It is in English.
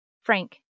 frank